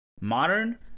modern